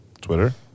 Twitter